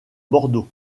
bordeaux